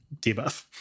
debuff